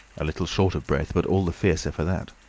a little short of breath, but all the fiercer for that.